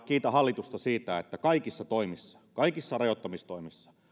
kiitän hallitusta siitä että kaikissa toimissa kaikissa rajoittamistoimissa